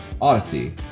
Odyssey